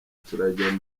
turajya